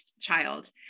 child